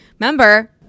Remember